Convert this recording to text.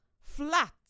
flat